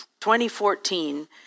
2014